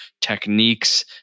techniques